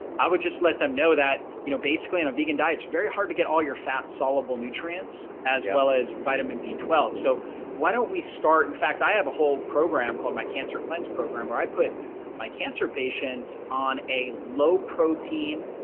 i would just let them know that you know, basically, in a vegan diet, it's very hard to get all your fat soluble nutrients as well as vitamin b twelve. so why don't we start, in fact i have a whole program called my cancer cleanse program where i put my cancer patients on a low protein,